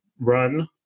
run